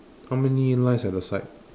how many lines at the side